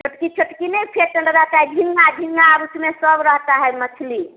छोटकी छोटकी नहीं टाइप झींगा झींगा आर उसमें सब रहता है मछली